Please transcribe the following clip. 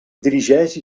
dirigeix